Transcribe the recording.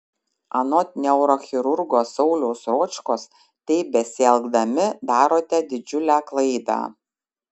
anot neurochirurgo sauliaus ročkos taip besielgdami darote didžiulę klaidą